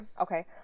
Okay